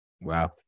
Wow